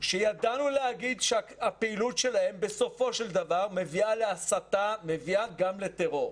וידענו להגיד שהפעילות שלהם בסופו של דבר מביאה להסתה ומביאה גם לטרור.